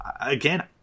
again